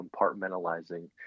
compartmentalizing